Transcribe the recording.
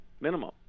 minimum